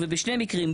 ובשני מקרים,